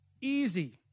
Easy